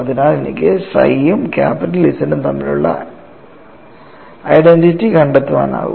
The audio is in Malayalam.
അതിനാൽ എനിക്ക് psi യും ക്യാപിറ്റൽ Z ഉം തമ്മിലുള്ള ഐഡന്റിറ്റി കണ്ടെത്താനാകും